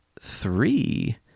three